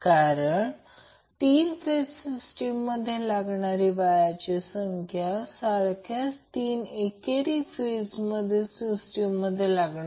DC सर्किटच्या बाबतीत कारण DC सप्लायमध्ये याला R Thevenin आणि हा याला V Thevenin असे म्हणतात